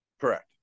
Correct